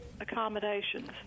accommodations